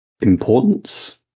importance